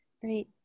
great